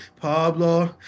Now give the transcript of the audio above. Pablo